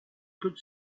could